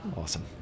Awesome